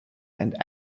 and